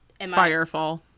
Firefall